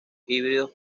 híbridos